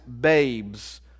babes